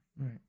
right